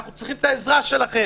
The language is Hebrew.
אנחנו צריכים את העזרה שלכם.